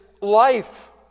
life